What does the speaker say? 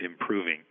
improving